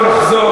אנחנו נחזור,